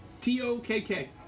T-O-K-K